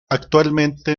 actualmente